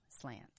slants